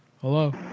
Hello